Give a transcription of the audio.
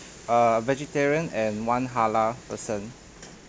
err vegetarian and one halal person